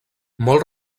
molt